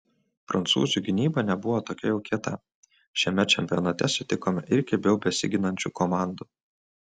prancūzių gynyba nebuvo tokia jau kieta šiame čempionate sutikome ir kibiau besiginančių komandų